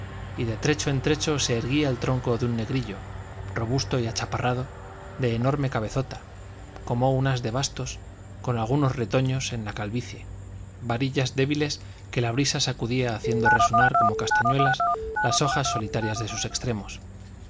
y de trecho en trecho se erguía el tronco de un negrillo robusto y achaparrado de enorme cabezota como un as de bastos con algunos retoños en la calvicie varillas débiles que la brisa sacudía haciendo resonar como castañuelas las hojas solitarias de sus extremos